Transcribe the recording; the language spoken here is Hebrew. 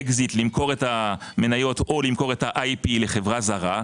אקזיט למכור את המניות או למכור את ה-IP לחברה זרה,